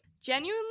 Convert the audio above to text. Genuinely